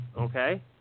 okay